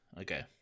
Okay